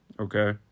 Okay